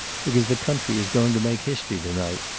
because the country is going to make history to-night.